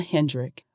Hendrick